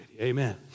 Amen